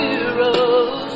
Heroes